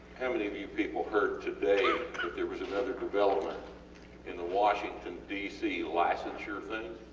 how many of you people heard today that there was another development in the washington dc licensure thing?